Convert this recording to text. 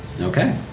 Okay